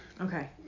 Okay